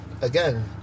again